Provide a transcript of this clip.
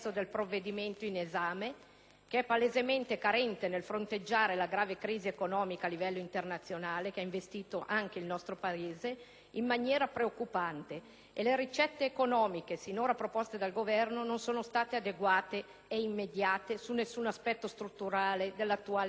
esame, palesemente carente nel fronteggiare la grave crisi economica internazionale che ha investito anche il nostro Paese in maniera preoccupante. Le ricette economiche sinora proposte dal Governo non sono state né immediate, né adeguate ad affrontare alcun aspetto strutturale dell'attuale crisi per difendere i salari,